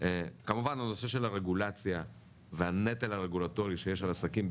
כמובן הנושא של הרגולציה והנטל הרגולטורי שיש על עסקים,